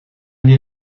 die